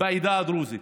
בעדה הדרוזית,